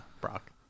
Brock